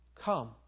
Come